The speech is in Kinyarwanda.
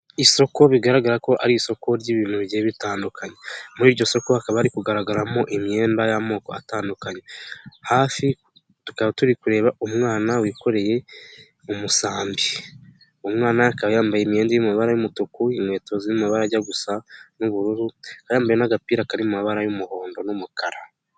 Isoko bigaragara ko ari isoko ry'ibintu bigiye bitandukanye muri iryo soko hakaba hari kugaragaramo imyenda y'amoko atandukanye hafi tukaba turi kureba umwana wikoreye umusambi umwana akaba yambaye imyenda y'amabara y'umutuku, inkweto z'amabara ajya gusa n'ubururu, yambaye n'agapira kari mu mabara y'umuhondo n'umukara.